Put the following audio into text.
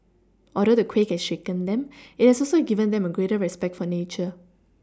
although the quake has shaken them it has also given them a greater respect for nature